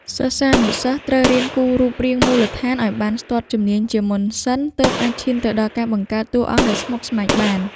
សិស្សានុសិស្សត្រូវរៀនគូររូបរាងមូលដ្ឋានឱ្យបានស្ទាត់ជំនាញជាមុនសិន ទើបអាចឈានទៅដល់ការបង្កើតតួអង្គដែលស្មុគស្មាញបាន។